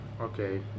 okay